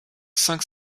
cinq